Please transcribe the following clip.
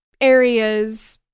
areas